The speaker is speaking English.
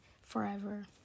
forever